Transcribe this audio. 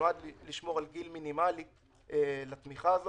עד ליום שבו הוגשה בקשת המשיכה לחברה המנהלת